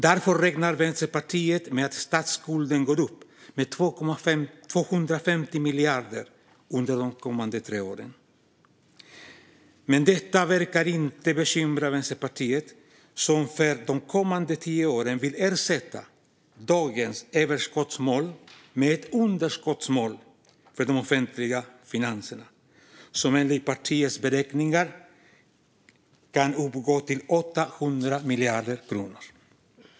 Därför räknar Vänsterpartiet med att statsskulden går upp med 250 miljarder under de kommande tre åren. Detta verkar dock inte bekymra Vänsterpartiet, som under de kommande tio åren vill ersätta dagens överskottsmål med ett underskottsmål för de offentliga finanserna. Enligt partiets beräkningar kan det uppgå till 800 miljarder kronor.